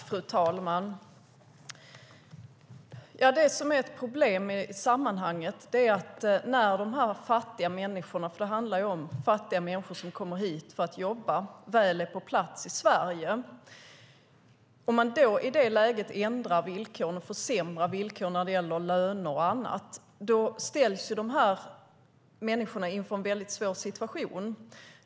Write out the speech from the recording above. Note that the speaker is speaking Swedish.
Fru talman! Det som är ett problem i sammanhanget är att om man ändrar och försämrar villkoren när det gäller löner och annat för de här fattiga människorna - det handlar ju om fattiga människor som kommer hit för att jobba - när de väl är på plats i Sverige ställs de inför en väldigt svår situation.